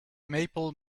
maple